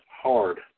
hard